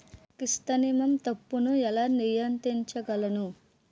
Chrysanthemum తప్పును ఎలా నియంత్రించగలను?